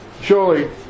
Surely